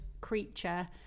creature